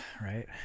right